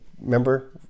Remember